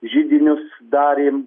židinius darėm